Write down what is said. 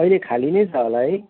अहिले खाली नै छ होला है